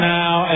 now